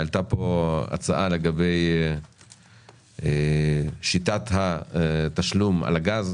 עלתה פה הצעה לגבי שיטת התשלום על הגז,